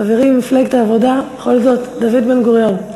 חברים ממפלגת העבודה, בכל זאת, דוד בן-גוריון.